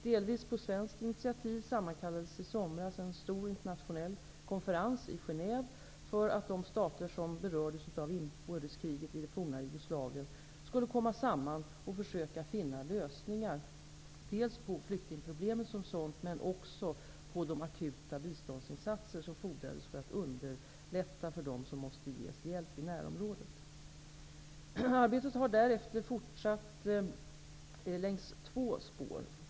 Delvis på svenskt initiativ sammankallades i somras en stor internationell konferens i Genève för att de stater som berördes av inbördeskriget i det forna Jugoslavien skulle komma samman och försöka finna lösningar, dels på flyktingproblemet som sådant, dels också för de akuta biståndsinsatser som fordrades för att underlätta för dem som måste ges hjälp i närområdet. Arbetet har därefter fortsatt längs två spår.